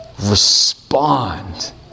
respond